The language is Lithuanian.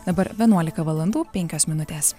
dabar vienuolika valandų penkios minutės